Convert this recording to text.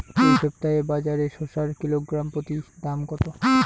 এই সপ্তাহে বাজারে শসার কিলোগ্রাম প্রতি দাম কত?